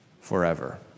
forever